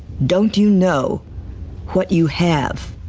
don't you know what you have?